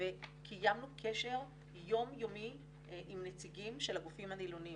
וקיימנו קשר יום-יומי עם נציגים של הגופים הנילונים,